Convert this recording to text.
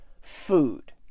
food